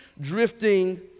drifting